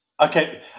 Okay